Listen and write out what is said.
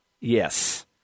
yes